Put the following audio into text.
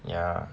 ya